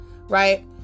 Right